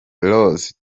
larose